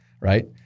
Right